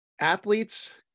Athletes